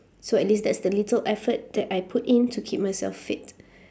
so at least that's the little effort that I put in to keep myself fit